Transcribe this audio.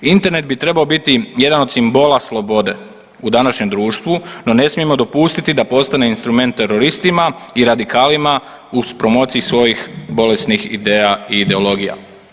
Internet bi trebao biti jedan od simbola slobode u današnjem društvu, no ne smijemo dopustiti da postane instrument teroristima i radikalima u promociji svojih bolesnih ideja i ideologija.